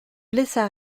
blessa